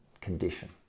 condition